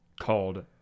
called